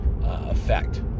effect